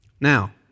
Now